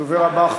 הדובר הבא,